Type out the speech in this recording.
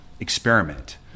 experiment